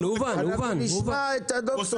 נשמע גם את הדוקטור.